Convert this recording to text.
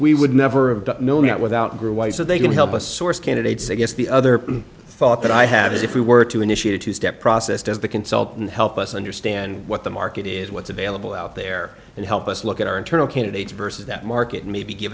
we would never of no not without grew white so they can help us source candidates i guess the other thought that i have is if we were to initiate a two step process does the consultant help us understand what the market is what's available out there and help us look at our internal candidates versus that market maybe give